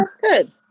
good